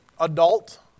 Adult